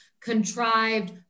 contrived